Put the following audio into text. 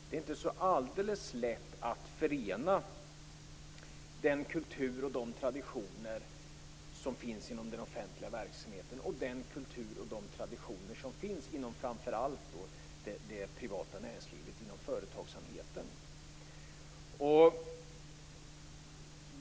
Det är inte så alldeles lätt att förena den kultur och de traditioner som finns inom den offentliga verksamheten och den kultur och de traditioner som finns inom framför allt det privata näringslivet, inom företagsamheten.